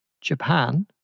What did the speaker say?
Japan